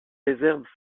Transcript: réserves